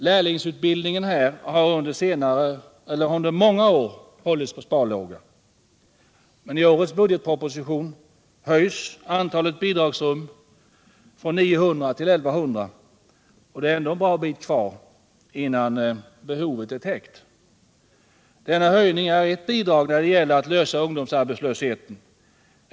Lärlingsutbildningen inom dessa har under många år hållits på sparlåga. I årets budgetproposition höjs emellertid antalet bidragsrum från 900 till 1 100. Denna höjning är ett av flera inslag i strävandena att lösa problemet med ungdomsarbetslösheten.